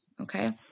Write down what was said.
Okay